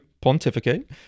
pontificate